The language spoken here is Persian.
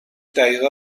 دقیقه